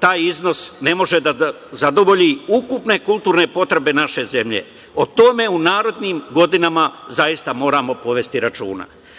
taj iznos ne može da zadovolji ukupne kulturne potrebe naše zemlje. O tome u narednim godinama zaista moramo povesti računa. Zato